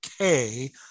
okay